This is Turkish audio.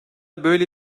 böyle